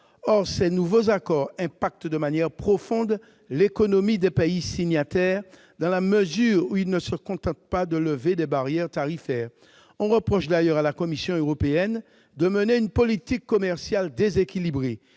Or ces nouveaux accords affectent de manière profonde l'économie des pays signataires, dans la mesure où ils ne se contentent pas de lever les barrières tarifaires. On reproche d'ailleurs à la Commission européenne de mener une politique commerciale déséquilibrée,